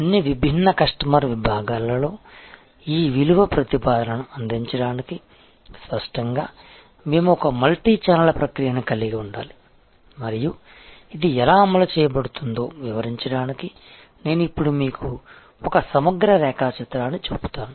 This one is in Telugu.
అన్ని విభిన్న కస్టమర్ విభాగాలలో ఈ విలువ ప్రతిపాదనను అందించడానికి స్పష్టంగా మేము ఒక మల్టీచానెల్ ప్రక్రియను కలిగి ఉండాలి మరియు ఇది ఎలా అమలు చేయబడుతుందో వివరించడానికి నేను ఇప్పుడు మీకు ఒక సమగ్ర రేఖాచిత్రాన్ని చూపుతాను